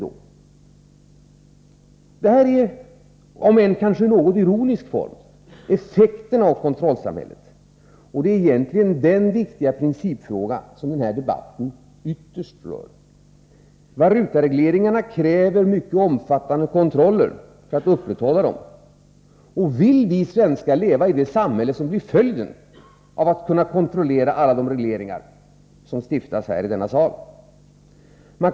Detta är — om än i något ironisk form — en beskrivning av effekterna av kontrollsamhället, och det är egentligen den viktiga principfråga som denna debatt ytterst rör. Valutaregleringarna kräver mycket omfattande kontroller för att upprätthållas. Och vill vi svenskar leva i det samhälle som blir följden av att alla regleringar som stiftas i denna sal kan kontrolleras?